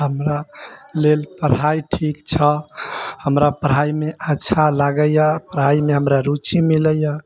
हमरा लेल पढ़ाइ ठीक छह हमरा पढ़ाइमे अच्छा लागैए पढ़ाइमे हमरा रुचि मिलैए